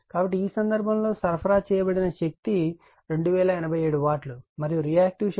కాబట్టి ఈ సందర్భం లో సరఫరా చేయబడిన నిజమైన శక్తి 2087 వాట్లు మరియు రియాక్టివ్ శక్తి 834